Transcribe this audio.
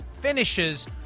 finishes